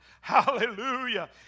Hallelujah